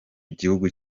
gihugu